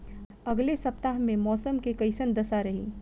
अलगे सपतआह में मौसम के कइसन दशा रही?